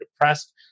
depressed